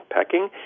Pecking